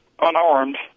unarmed